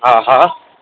हा हा